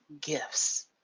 gifts